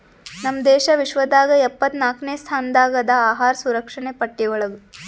ನಮ್ ದೇಶ ವಿಶ್ವದಾಗ್ ಎಪ್ಪತ್ನಾಕ್ನೆ ಸ್ಥಾನದಾಗ್ ಅದಾ ಅಹಾರ್ ಸುರಕ್ಷಣೆ ಪಟ್ಟಿ ಒಳಗ್